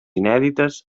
inèdites